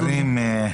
רמדאן כרים.